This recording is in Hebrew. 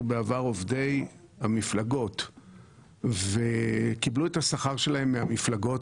בעבר עובדי המפלגות וקיבלו את השכר שלהם מהמפלגות,